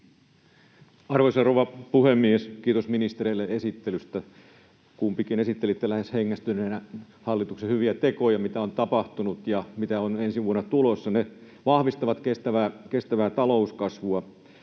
Arvoisa rouva puhemies! Kiitos ministereille esittelystä. Kumpikin esittelitte lähes hengästyneenä niitä hallituksen hyviä tekoja, joita on tapahtunut ja joita on ensi vuonna tulossa. Ne vahvistavat kestävää talouskasvua.